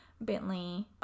Bentley